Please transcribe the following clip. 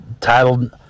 titled